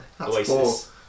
Oasis